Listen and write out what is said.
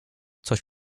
coś